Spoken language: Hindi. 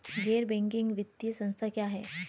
गैर बैंकिंग वित्तीय संस्था क्या है?